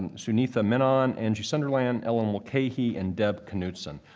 and suneetha menon, angie sunderland, ellyn mulcahy and deb knudtson.